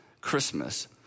Christmas